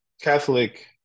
Catholic